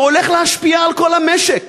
זה הולך להשפיע על כל המשק: